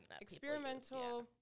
experimental